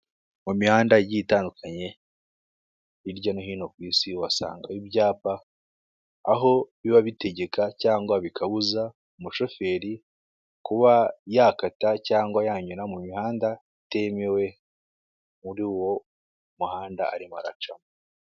Mu mihanda igiye itandukanye hirya no hino ku isi, uhasanga ibyapa aho biba bitegeka cyangwa bikabuza umushoferi kuba yakata cyangwa yanyura mu mihanda itemewe muri uwo muhanda arimo aracamo.